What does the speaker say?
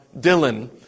Dylan